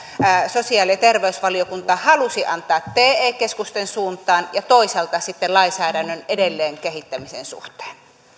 sosiaali ja terveysvaliokunta halusi antaa te keskusten suuntaan ja toisaalta sitten lainsäädännön edelleenkehittämisen suhteen